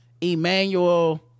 emmanuel